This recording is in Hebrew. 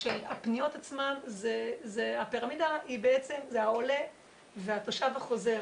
שהפניות עצמן הפירמידה זה בעצם העולה והתושב החוזר.